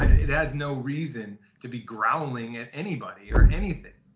it has no reason to be growling at anybody or anything.